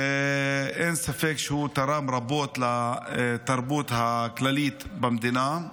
ואין ספק שהוא תרם רבות לתרבות הכללית במדינה.